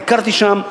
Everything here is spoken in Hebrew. ביקרתי שם,